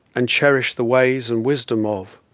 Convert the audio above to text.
and cherish the ways and wisdom of,